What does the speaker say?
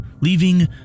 leaving